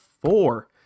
four